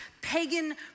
pagan